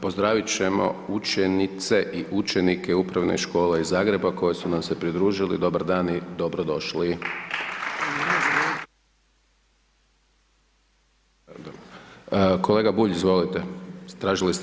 Pozdravit ćemo učenice i učenike Upravne škole iz Zagreba koji su se nam se pridružili, dobar dan i dobrodošli. Kolega Bulj, izvolite, tražili ste